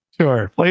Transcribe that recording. Sure